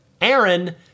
Aaron